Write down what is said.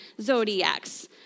zodiacs